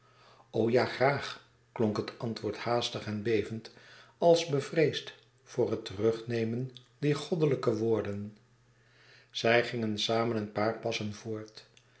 ja graag klonk het antwoord haastig en bevend als bevreesd voor het terugnemen dier goddelijke woorden zij gingen samen een paar passen voort